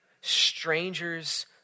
strangers